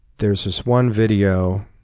there's this one video